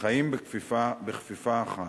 חיים בכפיפה אחת.